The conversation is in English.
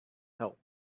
help